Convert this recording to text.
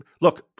look